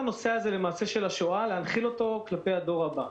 להנחיל אותו לדור הבא.